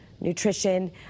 nutrition